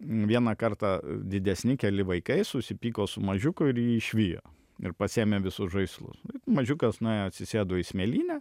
vieną kartą didesni keli vaikai susipyko su mažiuku ir jį išvijo ir pasiėmė visus žaislus mažiukas nuėjo atsisėdo į smėlynę